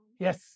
Yes